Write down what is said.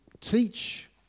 teach